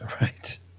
right